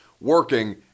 working